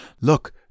Look